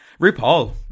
RuPaul